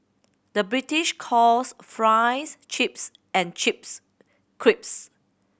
the British calls fries chips and chips crisps